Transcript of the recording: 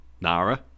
Nara